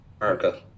America